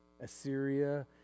Assyria